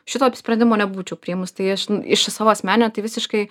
šito sprendimo nebūčiau priėmus tai aš iš savo asmeninio tai visiškai